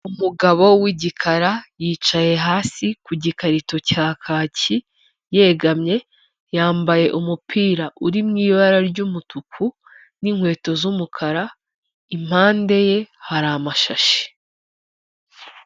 Umugabo w'igikara yicaye hasi ku gikarito cya kaki yegamye, yambaye umupira uri mu ibara ry'umutuku n'inkweto z'umukara, impande ye hari amashashi.